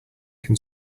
can